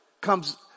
comes